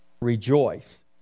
rejoice